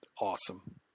awesome